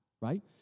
right